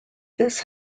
this